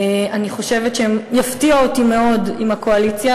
אני חושבת שיפתיע אותי מאוד אם הקואליציה,